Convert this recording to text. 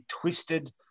twisted